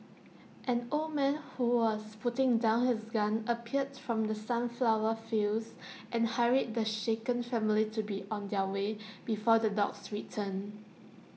an old man who was putting down his gun appeared from the sunflower fields and hurried the shaken family to be on their way before the dogs return